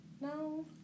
No